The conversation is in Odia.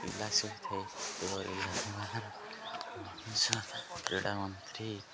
ପିଲା କ୍ରୀଡ଼ା ମନ୍ତ୍ରୀ